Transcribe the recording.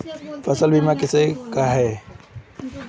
फसल बीमा कैसे कराएँ?